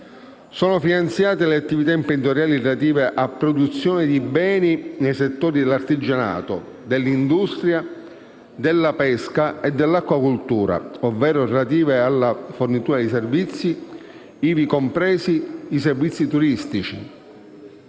Sono finanziate le attività imprenditoriali relative alla produzione di beni nei settori dell'artigianato, dell'industria, della pesca e dell'acquacoltura, ovvero alla fornitura di servizi, ivi compresi quelli turistici.